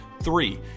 Three